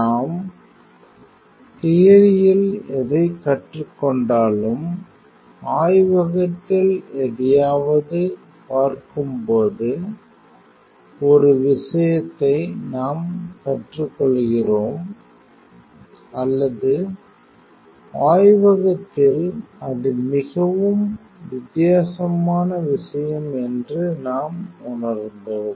நாம் தியரியில் எதைக் கற்றுக்கொண்டாலும் ஆய்வகத்தில் எதையாவது பார்க்கும்போது ஒரு விஷயத்தை நாம் கற்றுக்கொள்கிறோம் அல்லது ஆய்வகத்தில் அது மிகவும் வித்தியாசமான விஷயம் என்று நாம் உணர்ந்தோம்